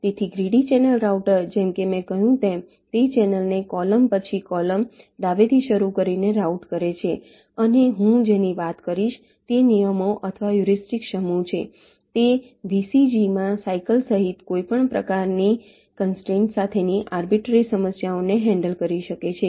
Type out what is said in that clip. તેથી greedy channel router જેમ કે મેં કહ્યું તેમ તે ચેનલને કોલમ પછી કોલમ ડાબેથી શરૂ કરીને રાઉટ કરે છે અને હું જેની વાત કરીશ તે નિયમો અથવા હયુરિસ્ટિક્સ સમૂહ છે તે VCG માં સાઈકલ સહિત કોઈપણ પ્રકારની કન્સ્ટ્રેઇન સાથેની અર્બીટ્રરી સમસ્યાઓને હેન્ડલ કરી શકે છે